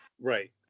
Right